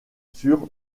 sur